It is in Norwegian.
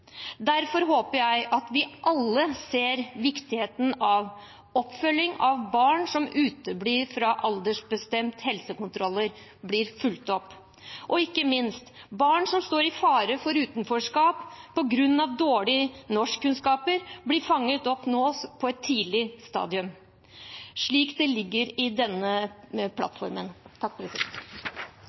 Derfor håper jeg at vi alle ser viktigheten av at barn som uteblir fra aldersbestemte helsekontroller, følges opp – og ikke minst at barn som står i fare for utenforskap på grunn av dårlige norskkunnskaper, blir fanget opp på et tidlig stadium, slik det ligger fast i denne plattformen.